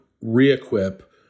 re-equip